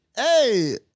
Hey